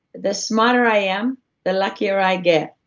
the smarter i am the luckier i get.